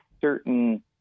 certain